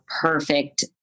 perfect